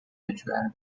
later